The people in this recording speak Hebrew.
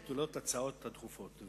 בטלות ההצעות הדחופות.